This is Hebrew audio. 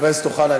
חבר הכנסת אוחנה,